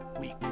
week